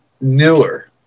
newer